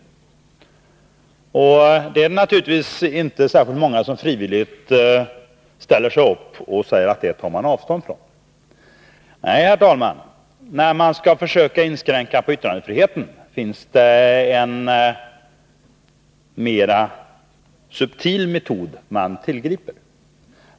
Det är naturligtvis inte särskilt många som frivilligt ställer sig upp och säger att man tar avstånd från det. Nej, herr talman, när man vill inskränka yttrandefriheten tillgriper man en mer subtil metod.